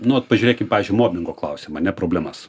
nu vat pažiūrėkim pavyzdžiui mobingo klausimą ne problemas